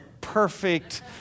perfect